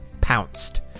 pounced